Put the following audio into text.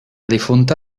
difunta